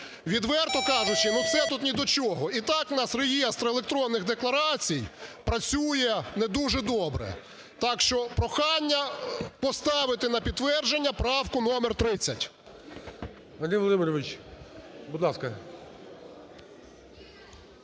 Відверто кажучи, ну це тут ні до чого, і так у нас реєстр електронних декларацій працює не дуже добре. Так що прохання поставити на підтвердження правку номер 30. ГОЛОВУЮЧИЙ. Андрій Володимирович, будь ласка.